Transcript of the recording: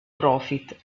profit